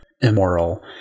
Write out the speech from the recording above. immoral